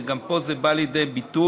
וגם פה זה בא לידי ביטוי,